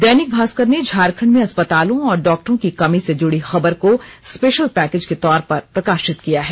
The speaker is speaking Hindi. दैनिक भास्कर ने झारखंड में अस्पतालों और डाक्टरों की कमी से जुड़ी खबर को स्पेशल पैकेज के तौर पर प्रकाशित किया है